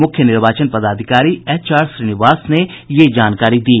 मुख्य निर्वाचन पदाधिकारी एच आर श्रीनिवास ने ये जानकारी दी